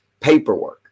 paperwork